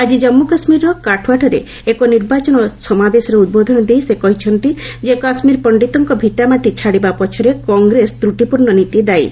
ଆଜି କାନ୍ମୁ କାଶ୍ମୀରର କଠୁଆଠାରେ ଏକ ନିର୍ବାଚନ ସମାବେଶରେ ଉଦ୍ବୋଧନ ଦେଇ ସେ କହିଛନ୍ତି ଯେ କାଶ୍କୀର ପଣ୍ଡିତଙ୍କ ଭିଟାମାଟି ଛାଡିବା ପଛରେ କଂଗ୍ରେସ ତ୍ରଟିପୂର୍୍ଷ ନୀତି ଦାୟୀ